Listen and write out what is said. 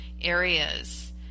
areas